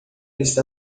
está